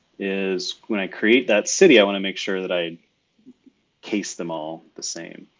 is when i create that city, i wanna make sure that i case them all the same.